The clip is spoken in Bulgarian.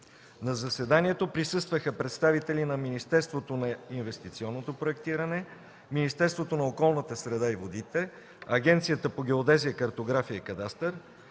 На заседанието присъстваха представители на Министерството на инвестиционното проектиране, Министерството на околната среда и водите, Агенцията по геодезия, картография и кадастър,